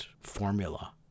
formula